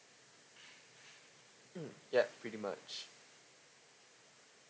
mm ya pretty much